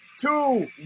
two